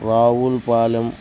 Ravula Palem